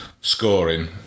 scoring